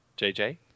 JJ